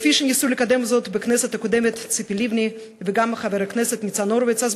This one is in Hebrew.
כפי שניסו לקדם זאת בכנסת הקודמת ציפי לבני וגם חבר הכנסת ניצן הורוביץ.